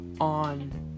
on